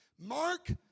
Mark